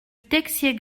texier